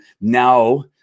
now